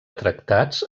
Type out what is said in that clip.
tractats